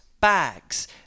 Bags